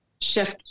shift